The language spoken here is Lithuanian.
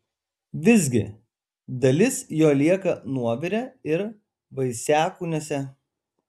visgi dalis jo lieka nuovire ir vaisiakūniuose